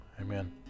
Amen